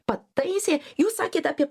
pataisė jūs sakėt apie